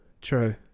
true